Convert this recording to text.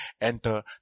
enter